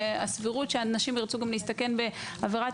והסבירות שאנשים ירצו גם להסתכן בעבירת